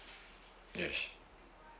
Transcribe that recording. yes